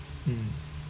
mm